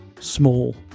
small